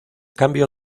cambio